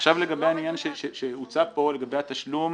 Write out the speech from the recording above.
לגבי התשלום